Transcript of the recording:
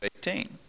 18